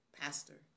pastor